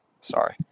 sorry